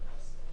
אין.